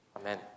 Amen